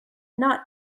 not